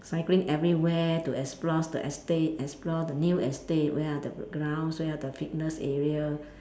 cycling everywhere too explore the estate explore the new estate where are the grounds where are the fitness area